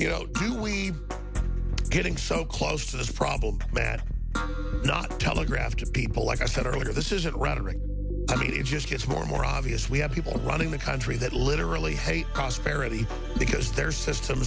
you know who we are getting so close to this problem bad not telegraph to people like i said earlier this isn't rhetoric i mean it just gets more and more obvious we have people running the country that literally hate prosperity because their system